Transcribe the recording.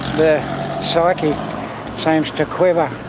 the psyche seems to quiver,